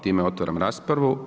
Time otvaram raspravu.